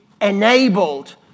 enabled